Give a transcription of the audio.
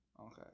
Okay